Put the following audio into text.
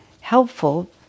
helpful